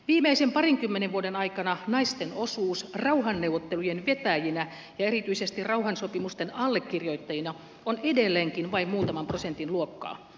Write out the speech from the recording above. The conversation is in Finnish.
viimeisen parinkymmenen vuoden aikana naisten osuus rauhanneuvottelujen vetäjinä ja erityisesti rauhansopimusten allekirjoittajina on edelleenkin vain muutaman prosentin luokkaa